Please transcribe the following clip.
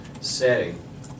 setting